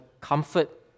comfort